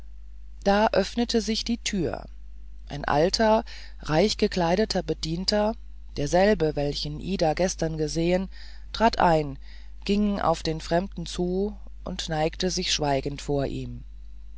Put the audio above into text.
hin da öffnete sich die tür ein alter reichgekleideter bedienter derselbe welchen ida gestern gesehen trat ein ging auf den fremden zu und neigte sich schweigend vor ihm